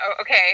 Okay